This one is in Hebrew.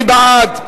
מי בעד?